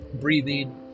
breathing